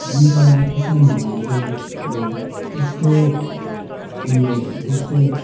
अन्त किसानहरूले चाहिँ अब त्यस्तो उयो त्यस्तो